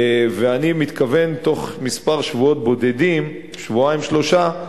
ואני מתכוון בתוך שבועות בודדים שבועיים-שלושה,